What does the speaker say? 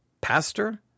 pastor